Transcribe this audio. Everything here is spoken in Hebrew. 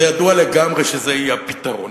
זה ידוע לגמרי שזה יהיה הפתרון.